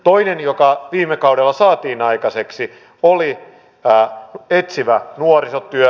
toinen joka viime kaudella saatiin aikaiseksi oli etsivä nuorisotyö